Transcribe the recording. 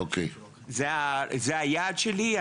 זה היעד שלי.